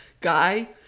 guy